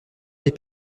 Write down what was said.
des